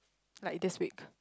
like this week